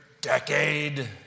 decade